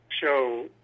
show